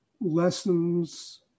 Lessons